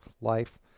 life